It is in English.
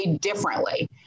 differently